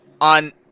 on